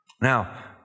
Now